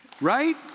Right